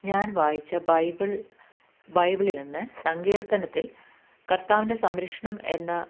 ഞാൻ വായിച്ച ബൈബിൾ ബൈബിളിൽ നിന്ന് സങ്കീർത്തനത്തിൽ കർത്താവിന്റെ സംരക്ഷണം എന്ന